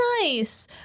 nice